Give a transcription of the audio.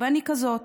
ואני כזאת.